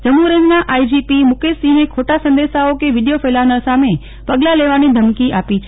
જમ્મુ રેન્જના આઈજીપી મુકેશસિંહે ખોટા સંદેશાઓ કે વીડીયો ફેલાવનાર સામે પગલા લેવાની ધમકી આપી છે